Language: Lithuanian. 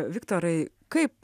viktorai kaip